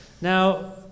now